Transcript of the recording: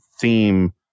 theme